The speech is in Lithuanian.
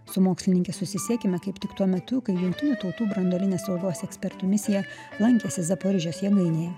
su mokslininke susisiekime kaip tik tuo metu kai jungtinių tautų branduolinės saugos ekspertų misija lankėsi zaparižės jėgainėje